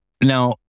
Now